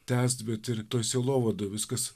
tęst bet ir tu esi lovoda viskas